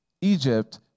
Egypt